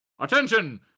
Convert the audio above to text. Attention